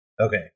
Okay